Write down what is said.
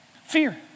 Fear